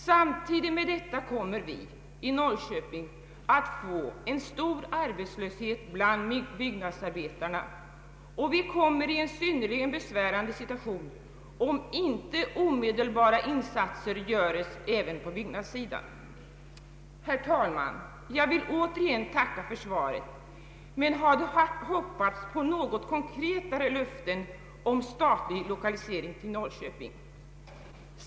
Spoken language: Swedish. Samtidigt med detta kommer vi i Norrköping att få stor arbetslöshet bland byggnadsarbetarna, och vi kommer i en synnerligen besvärande situation, om inte omedelbara insatser göres även på byggnadssidan. Herr talman! Jag vill återigen tacka för svaret, men jag hade hoppats på något mera konkret löfte om statlig lokalisering till Norrköping.